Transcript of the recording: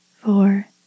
four